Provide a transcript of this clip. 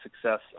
success